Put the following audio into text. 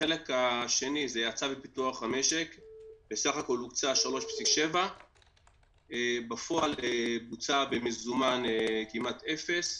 הכול 3.7. בפועל בוצע במזומן כמעט אפס.